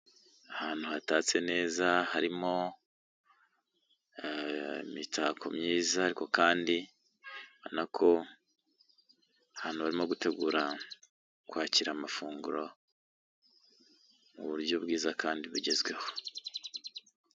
Ahantu hatatse neza harimo imitako myiza, ariko kandi ubona ko barimo gutegura kwakira amafunguro mu buryo bwiza kandi bugezweho.